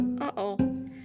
Uh-oh